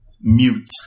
mute